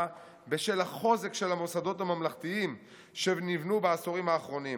בשל החוזק של המוסדות הממלכתיים שנבנו בעשורים האחרונים.